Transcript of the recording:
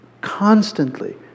constantly